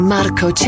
Marco